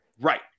right